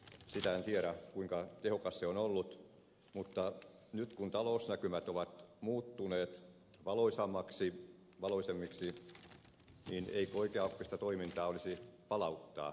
sitä en tiedä kuinka tehokas se on ollut mutta nyt kun talousnäkymät ovat muuttuneet valoisammiksi niin eikö oikeaoppista toimintaa olisi palauttaa kelamaksu